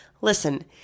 Listen